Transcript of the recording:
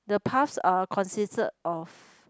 the paths are consisted of